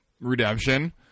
Redemption